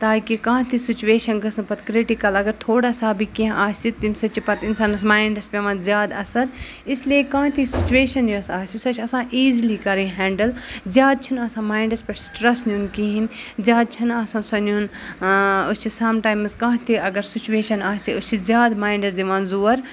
تاکہِ کانٛہہ تہِ سُچویشَن گٔژھ نہٕ پَتہٕ کِرٛٹِکَل اگر تھوڑا سا بھی کینٛہہ آسہِ تمہِ سۭتۍ چھِ پَتہٕ اِنسانَس ماینٛڈَس پٮ۪وان زیادٕ اثر اِسلیے کانٛہہ تہِ سُچویشَن یۄس آسہِ سۄ چھےٚ آسان ایٖزِلی کَرٕنۍ ہٮ۪نٛڈٕل زیادٕ چھِنہٕ آسان ماینٛڈَس پٮ۪ٹھ سٹرٛس نیُن کِہیٖنۍ زیادٕ چھَنہٕ آسان سۄ نیُن أسۍ چھِ سَمٹایمٕز کانٛہہ تہِ اگر سُچویشَن آسہِ أسۍ چھِ زیادٕ ماینٛڈَس دِوان زور